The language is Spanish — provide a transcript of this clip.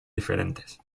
diferentes